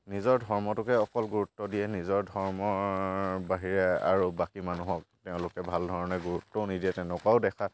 নিজৰ ধৰ্মটোকে অকল গুৰুত্ব দিয়ে নিজৰ ধৰ্মৰ বাহিৰে আৰু বাকী মানুহক তেওঁলোকে ভাল ধৰণে গুৰুত্বও নিদিয়ে তেনেকুৱাও দেখা